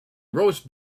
roast